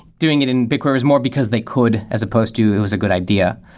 doing it in bigquery more, because they could, as opposed to it was a good idea.